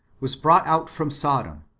was brought out from sodom,